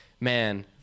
man